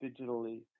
digitally